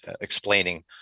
explaining